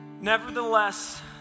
Nevertheless